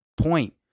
point